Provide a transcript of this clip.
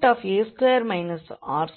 மேலும் drdθ term நம்மிடம்